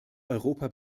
europa